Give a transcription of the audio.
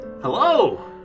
Hello